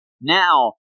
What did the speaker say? now